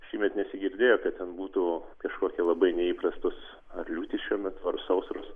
šiemet nesigirdėjo kad ten būtų kažkokį labai neįprastos ar liūtis šiuo metu ir sausros